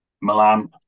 Milan